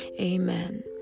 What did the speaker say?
amen